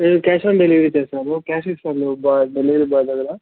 నేను cash on delivery చేస్తాను cash ఇస్తాను డెలివరీ బాయ్ దగ్గర